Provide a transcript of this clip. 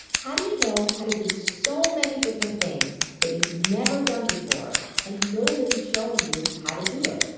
how do you know how to do so many different things that you've never done before and nobody is showing you how to do it?